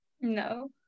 No